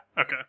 okay